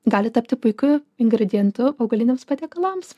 gali tapti puikiu ingredientu augaliniams patiekalams